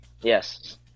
Yes